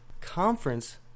Conference